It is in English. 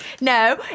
No